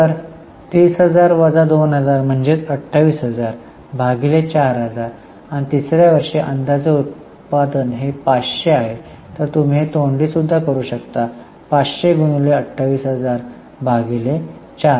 तर 30000 2000 म्हणजेच 28000 भागिले 4000 आणि तिसऱ्या वर्षी अंदाजे उत्पादन हे 500 तर तुम्ही हे तोंडी सुद्धा करू शकता 500 गुणिले 28000 भागिले 4000